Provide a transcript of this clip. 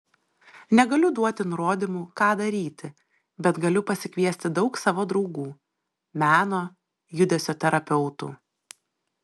negaliu duoti nurodymų ką daryti bet galiu pasikviesti daug savo draugų meno judesio terapeutų